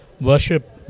worship